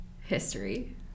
history